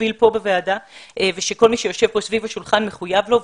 מוביל פה בוועדה ושכל מי שיושב פה סביב השולחן מחויב לו,